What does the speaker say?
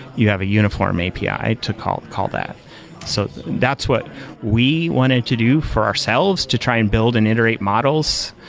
you have a uniform api to call call that so that's what we wanted to do for ourselves to try and build and iterate models.